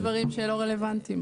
יש דברים שלא רלוונטיים.